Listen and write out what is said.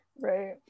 Right